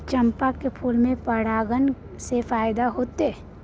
चंपा के फूल में परागण से फायदा होतय?